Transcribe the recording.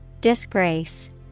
Disgrace